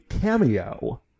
Cameo